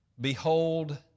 Behold